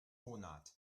monat